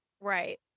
Right